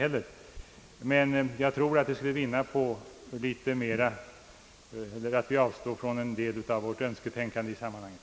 Jag tror att vår strävan dock skulle vinna på att vi avstod från vårt önsketänkande i sammanhanget.